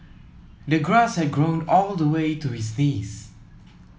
the grass had grown all the way to his knees